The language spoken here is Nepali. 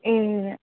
ए